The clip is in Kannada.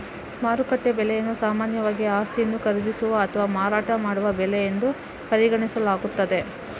ಮಾರುಕಟ್ಟೆ ಬೆಲೆಯನ್ನು ಸಾಮಾನ್ಯವಾಗಿ ಆಸ್ತಿಯನ್ನು ಖರೀದಿಸುವ ಅಥವಾ ಮಾರಾಟ ಮಾಡುವ ಬೆಲೆ ಎಂದು ಪರಿಗಣಿಸಲಾಗುತ್ತದೆ